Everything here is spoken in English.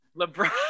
LeBron